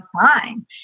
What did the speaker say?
fine